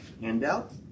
handout